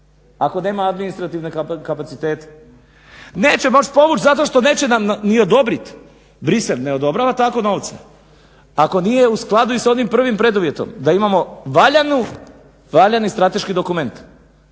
ako nema administrativne kapacitete. Neće moći povući zato što neće nam ni odobrit, Bruxelles ne odobrava tako novce. Ako nije u skladu i s onim prvim preduvjetom da imamo valjani strateški dokument,